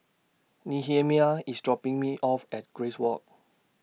Nehemiah IS dropping Me off At Grace Walk